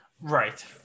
Right